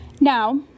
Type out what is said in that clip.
Now